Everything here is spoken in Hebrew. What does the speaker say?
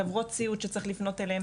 חברות סיעוד שצריך לפנות אליהן.